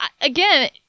again